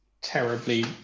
terribly